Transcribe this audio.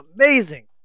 amazing